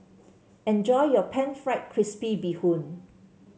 enjoy your pan fried crispy Bee Hoon